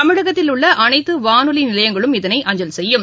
தமிழகத்தில் உள்ள அனைத்து வானொலி நிலையங்களும் இதனை அஞ்சல் செய்யும்